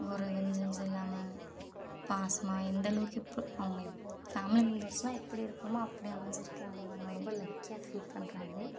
ஒரு வெஞ்சன்ஸ் இல்லாமல் பாசமாக எந்தளவுக்கு இப்போ அவங்கள் ஃபேமிலி மெம்பர்ஸ்லாம் எப்படி இருக்குமோ அப்படி அமைஞ்சிருக்கு எனக்கு நான் ரொம்ப லக்கியாக ஃபீல் பண்ணுறேன் அது